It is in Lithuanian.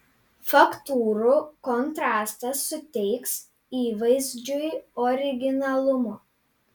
faktūrų kontrastas suteiks įvaizdžiui originalumo